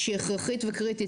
שהיא הכרחית וקריטית.